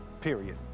Period